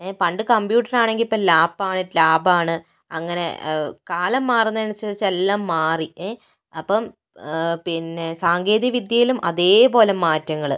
പണ്ട് കമ്പ്യൂട്ടറാണെങ്കിൽ ഇപ്പം ലാപ്പാണ് ടാബാണ് അങ്ങനെ കാലം മാറുന്നതിനനുസരിച്ച് എല്ലാം മാറി അപ്പം പിന്നെ സാങ്കേതിക വിദ്യയിലും അതേപോലെ മാറ്റങ്ങള്